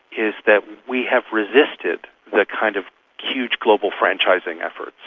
is that we have resisted the kind of huge global franchising efforts,